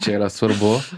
čia yra svarbu